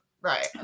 Right